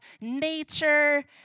nature